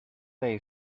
they